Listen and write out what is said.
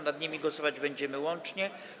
Nad nimi głosować będziemy łącznie.